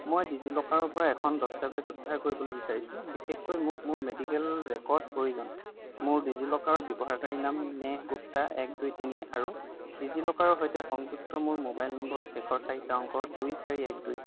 মই ডিজিলকাৰৰ পৰা এখন দস্তাবেজ উদ্ধাৰ কৰিবলৈ বিচাৰিছো বিশেষকৈ মোক মোৰ মেডিকেল ৰেকৰ্ড প্ৰয়োজন মোৰ ডিজিলকাৰ ব্যৱহাৰকাৰী নাম নেহ গুপ্তা এক দুই তিনি আৰু ডিজিলকাৰৰ সৈতে সংযুক্ত মোৰ মোবাইল নম্বৰৰ শেষৰ চাৰিটা অংক দুই চাৰি এক দুই